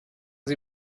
sie